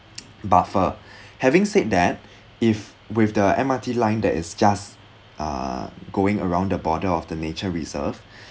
buffer having said that if with the M_R_T line that is just uh going around the border of the nature reserve